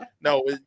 No